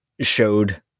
showed